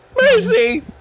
Mercy